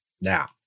Now